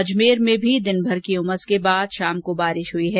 अजमेर में भी दिनभर की उमस के बाद शाम को बारिश हई है